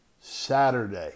Saturday